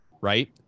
right